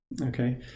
okay